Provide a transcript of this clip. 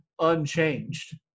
unchanged